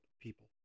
people